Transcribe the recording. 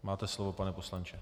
Máte slovo, pane poslanče.